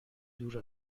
دور